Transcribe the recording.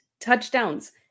touchdowns